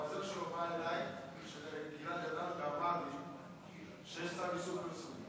העוזר של גלעד ארדן בא אליי ואמר לי שיש צו איסור פרסום.